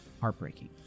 heartbreaking